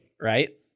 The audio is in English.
right